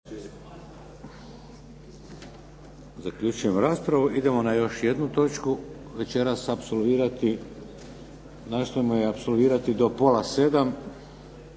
Vladimir (HDZ)** Idemo na još jednu točku večeras apsolvirati. Nastojmo je apsolvirati do pola sedam.